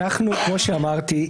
כמו שאמרתי,